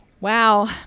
Wow